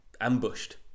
ambushed